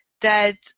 dead